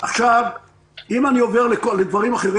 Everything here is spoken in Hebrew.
אם אני עובר לדברים אחרים,